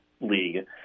league